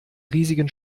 riesigen